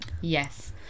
Yes